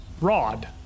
rod